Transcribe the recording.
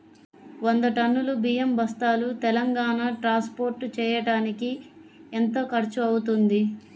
వంద టన్నులు బియ్యం బస్తాలు తెలంగాణ ట్రాస్పోర్ట్ చేయటానికి కి ఎంత ఖర్చు అవుతుంది?